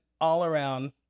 all-around